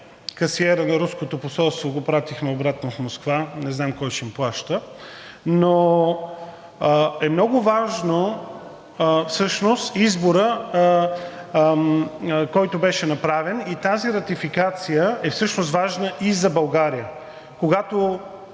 касиерът на Руското посолство го пратихме обратно в Москва, не знам кой ще им плаща, но е много важно всъщност изборът, който беше направен, и тази ратификация е всъщност важна и за България.